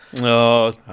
no